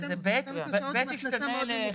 סעיף קטן (ב) ישתנה ל-50%?